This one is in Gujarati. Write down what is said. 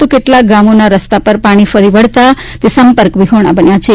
તો કેટલાક ગામોના રસ્તા પર પાણી ફરી વળતા સંપર્ક વિહોણા બન્યા છે